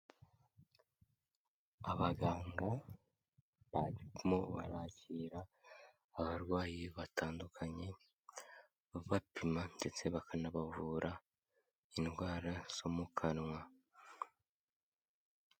Abaganga barimo barakira abarwayi batandukanye, babapima ndetse bakanabavura indwara zo mu kanwa.